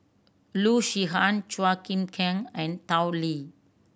Loo Zihan Chua Chim Kang and Tao Li